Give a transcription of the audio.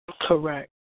Correct